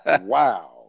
Wow